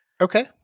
Okay